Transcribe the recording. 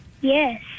Yes